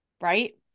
Right